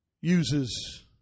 uses